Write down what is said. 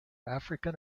african